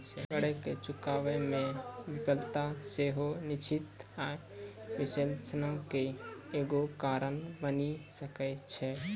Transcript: करो के चुकाबै मे विफलता सेहो निश्चित आय विश्लेषणो के एगो कारण बनि सकै छै